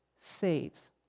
saves